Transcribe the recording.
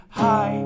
hi